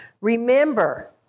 Remember